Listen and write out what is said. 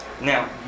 Now